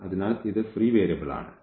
അതിനാൽ ഇത് free variable ആണ്